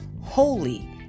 holy